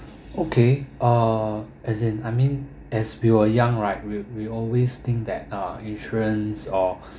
okay ah as in I mean as we are young right we we always think that uh insurance ah